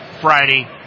friday